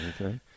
Okay